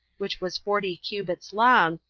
which was forty cubits long,